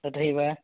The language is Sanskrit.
तथैव